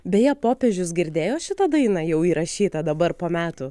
beje popiežius girdėjo šitą dainą jau įrašytą dabar po metų